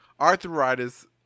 arthritis